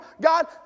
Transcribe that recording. God